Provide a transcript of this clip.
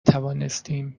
توانستیم